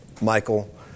Michael